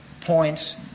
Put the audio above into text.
points